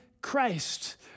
Christ